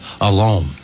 alone